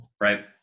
right